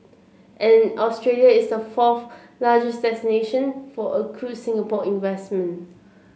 and Australia is the fourth largest destination for accrued Singapore investment